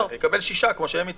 יקבל שישה חודשים, כמו שהם הציעו.